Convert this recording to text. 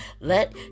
Let